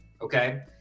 okay